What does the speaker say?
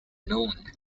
known